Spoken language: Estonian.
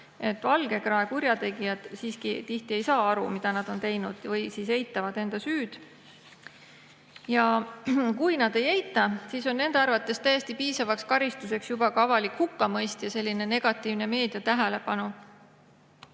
et valgekraedest kurjategijad siiski tihti ei saa aru, mida nad on teinud, või siis eitavad enda süüd. Ja kui nad ei eita, siis on nende arvates täiesti piisav karistus juba avalik hukkamõist ja negatiivne meediatähelepanu.